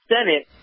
Senate